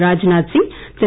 Rajnath Singh Thiru